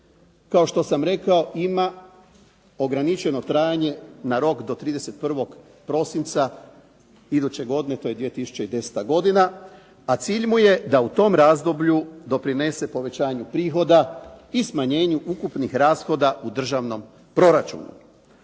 kao što sam rekao ima ograničeno trajanje na rok do 31. prosinca iduće godine, to je 2010. godina, a cilj mu je da u tom razdoblju doprinese povećanju prihoda i smanjenju ukupnih rashoda u državnom proračunu.